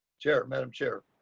chair, madam chair.